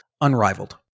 unrivaled